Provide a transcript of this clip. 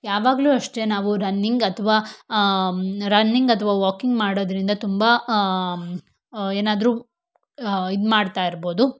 ಯಾವಾಗಲೂ ಅಷ್ಟೆ ನಾವು ರನ್ನಿಂಗ್ ಅಥವಾ ರನ್ನಿಂಗ್ ಅಥವಾ ವಾಕಿಂಗ್ ಮಾಡೋದ್ರಿಂದ ತುಂಬ ಏನಾದರೂ ಇದು ಮಾಡ್ತಾ ಇರ್ಬೋದು